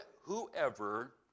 whoever